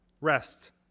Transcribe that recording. Rest